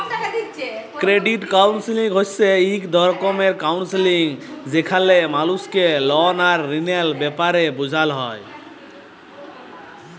credit counselling হছে ইক রকমের কাউলসেলিংযেখালে মালুসকে লল আর ঋলের ব্যাপারে বুঝাল হ্যয়